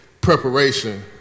preparation